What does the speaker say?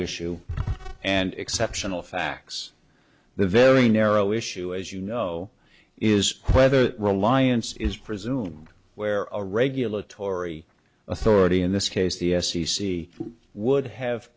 issue and exceptional facts the very narrow issue as you know is whether reliance is presumed where a regulatory authority in this case the s e c would have